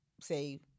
say